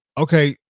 okay